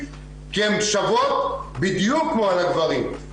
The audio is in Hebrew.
כי הן שוות בדיוק כמו על הגברים.